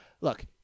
look